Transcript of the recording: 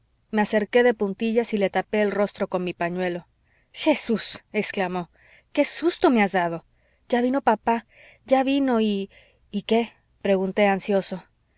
me acerqué de puntillas y le tapé el rostro con mi pañuelo jesús exclamó qué susto me has dado ya vino papá ya vino y y qué pregunté ansioso